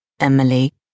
Emily